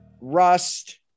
Rust